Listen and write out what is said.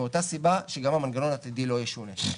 מאותה סיבה שגם המנגנון העתידי לא ישונה.